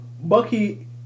Bucky